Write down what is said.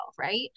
right